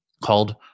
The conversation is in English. called